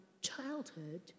childhood